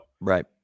Right